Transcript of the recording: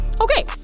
okay